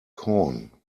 corn